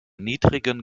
niedrigen